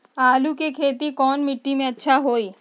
आलु के खेती कौन मिट्टी में अच्छा होइ?